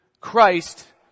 Christ